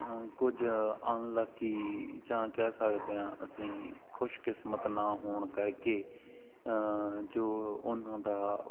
ਕੁਝ ਅਨਲੱਕੀ ਜਾਂ ਕਹਿ ਸਕਦੇ ਹਾਂ ਅਸੀਂ ਖੁਸ਼ਕਿਸਮਤ ਨਾ ਹੋਣ ਕਰਕੇ ਜੋ ਉਹਨਾਂ ਦਾ